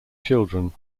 children